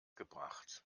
gebracht